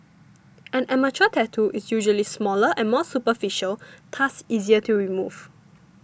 an amateur tattoo is usually smaller and more superficial thus easier to remove